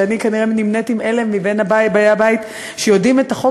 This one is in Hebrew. כשאני כנראה נמנית עם אלה מבין באי הבית שיודעים את החוק